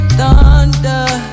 thunder